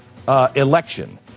Election